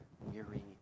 weary